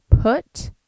put